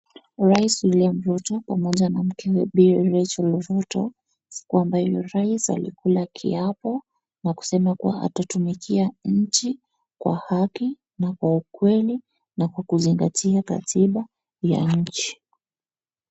Rais William Ruto pamoja na mkewe Rachel Ruto siku ambayo rais alikula kiapo na kusema kuwa atatumikia nchi kwa haki na kwa ukweli na kwa kuzingatia katiba ya nchi.